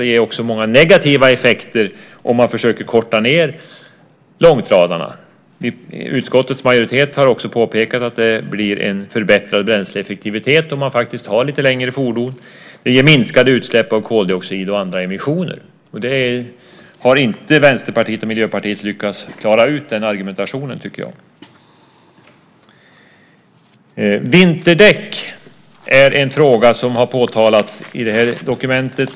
Det ger också många negativa effekter om man försöker att korta ned långtradarna. Utskottets majoritet har också påpekat att det blir en förbättrad bränsleeffektivitet om man faktiskt har lite längre fordon. Det ger minskade utsläpp av koldioxid och andra emissioner. Den argumentationen har inte Vänsterpartiet och Miljöpartiet lyckats klara ut. Frågan om vinterdäck har påtalats i det här dokumentet.